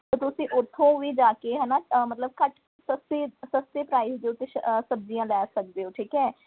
ਤਾਂ ਤੁਸੀਂ ਉੱਥੋਂ ਵੀ ਜਾ ਕੇ ਹੈ ਨਾ ਮਤਲਬ ਘੱਟ ਸਸਤੇ ਸਸਤੇ ਪ੍ਰਾਈਜ਼ ਦੇ ਉੱਤੇ ਸ ਸਬਜ਼ੀਆਂ ਲੈ ਸਕਦੇ ਹੋ ਠੀਕ ਹੈ